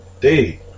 day